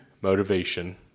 motivation